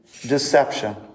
deception